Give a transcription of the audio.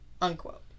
unquote